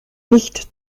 nicht